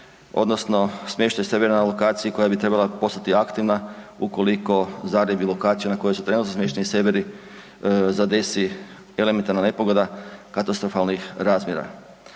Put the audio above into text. se ne razumije./... lokaciji koja bi trebala postati aktivna ukoliko Zagreb i lokaciju na kojoj su trenutno smješteni serveri zadesi elementarna nepogoda katastrofalnih razmjera.